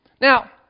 Now